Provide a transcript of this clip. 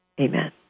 Amen